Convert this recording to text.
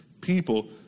people